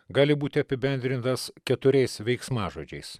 gali būti apibendrintas keturiais veiksmažodžiais